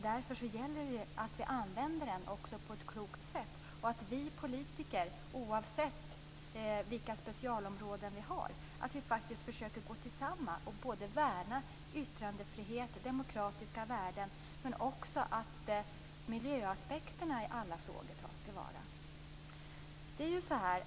Därför gäller det att använda den på ett klokt sätt och att vi politiker - oavsett vilka specialområden vi har - försöker att gå samman för att värna yttrandefrihet och demokratiska värden samtidigt som vi måste ta till vara miljöaspekterna i alla frågor.